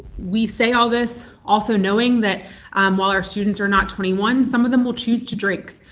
we say all this also knowing that while our students are not twenty one, some of them will choose to drink.